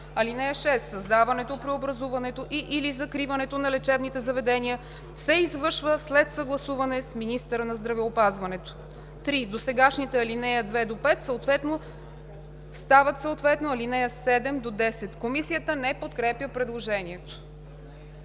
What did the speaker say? (6) Създаването, преобразуването и/или закриването на лечебните заведения се извършва след съгласуване с министъра на здравеопазването.“ 3. Досегашните ал. 2 – 5 стават съответно ал. 7 – 10.“ Комисията не подкрепя предложението.